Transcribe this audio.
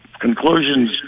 conclusions